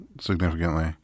significantly